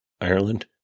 Ireland